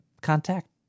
contact